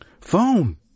Phone